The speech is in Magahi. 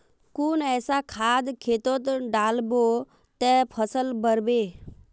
कुन ऐसा खाद खेतोत डालबो ते फसल बढ़बे?